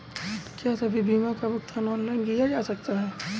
क्या सभी बीमा का भुगतान ऑनलाइन किया जा सकता है?